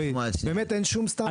באמת אין שום סתם?